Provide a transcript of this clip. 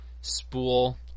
spool